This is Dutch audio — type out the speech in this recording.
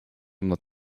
omdat